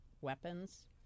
weapons